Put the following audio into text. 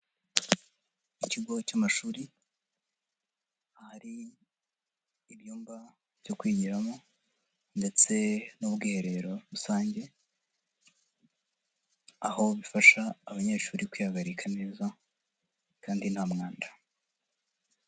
Ikigo cy'amashuri, ahari ibyumba byo kwigiramo ndetse n'ubwiherero rusange, aho bifasha abanyeshuri kwihagarika neza kandi ntamwanda.